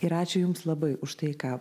ir ačiū jums labai už tai ką